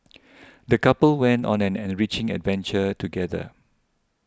the couple went on an enriching adventure together